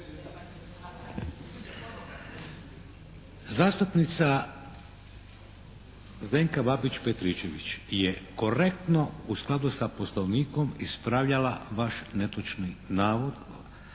Zastupnica Zdenka Babić-Petričević je korektno u skladu sa poslovnikom ispravljala vaš netočni navod,